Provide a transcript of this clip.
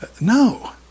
No